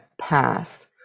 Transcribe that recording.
pass